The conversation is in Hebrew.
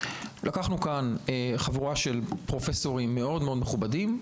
לקחנו כאן חבורה של פרופסורים מאוד מאוד מכובדים,